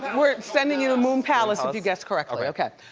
we're sending you to moon palace if you guess correctly. okay.